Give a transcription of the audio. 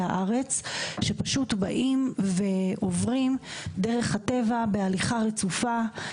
הארץ שפשוט באים ועוברים דרך הטבע בהליכה רצופה,